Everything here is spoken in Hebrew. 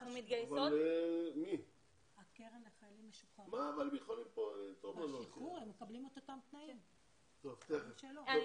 אנחנו מתגייסות ללא כל ידיעה על הזכויות שלנו ובסופו של דבר